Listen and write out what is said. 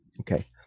Okay